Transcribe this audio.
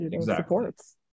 supports